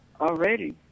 already